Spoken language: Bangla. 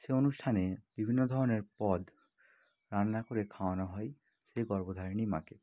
সেই অনুষ্ঠানে বিভিন্ন ধরনের পদ রান্না করে খাওয়ানো হয় সেই গর্ভধারিনী মাকে